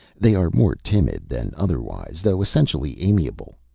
they are more timid than otherwise, though essentially amiable.